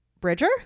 Bridger